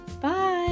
Bye